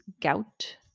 gout